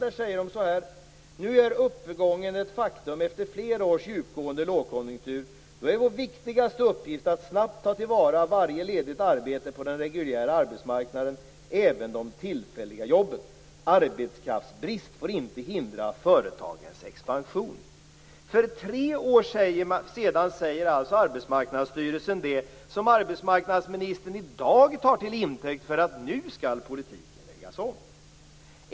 Där säger man: Nu är uppgången ett faktum efter flera års djupgående lågkonjunktur. Då är vår viktigaste uppgift att snabbt ta till vara varje ledigt arbete på den reguljära arbetsmarknaden, även de tillfälliga jobben. Arbetskraftsbrist får inte hindra företagens expansion. För tre år sedan sade alltså Arbetsmarknadsstyrelsen det som arbetsmarknadsministern i dag tar till intäkt för att politiken nu skall läggas om.